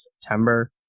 September